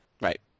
Right